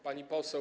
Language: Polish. Pani Poseł!